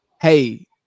hey